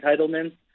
entitlements